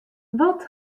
wat